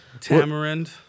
tamarind